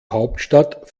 hauptstadt